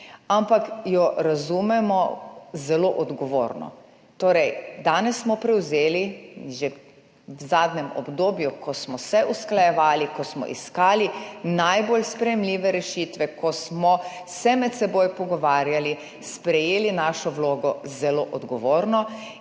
ampak jo razumemo zelo odgovorno. Danes, že v zadnjem obdobju, ko smo se usklajevali, ko smo iskali najbolj sprejemljive rešitve, ko smo se med seboj pogovarjali, smo torej sprejeli svojo vlogo zelo odgovorno